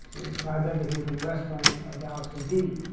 describe everything from the rest frame of galaxy b.